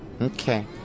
Okay